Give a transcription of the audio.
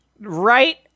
right